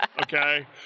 okay